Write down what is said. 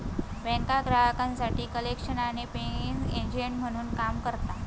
बँका ग्राहकांसाठी कलेक्शन आणि पेइंग एजंट म्हणून काम करता